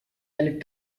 and